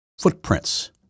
footprints